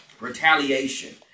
retaliation